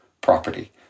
property